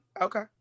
Okay